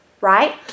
Right